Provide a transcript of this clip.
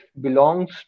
belongs